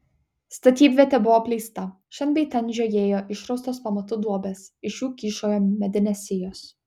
statybvietė buvo apleista šen bei ten žiojėjo išraustos pamatų duobės iš jų kyšojo medinės sijos